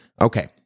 Okay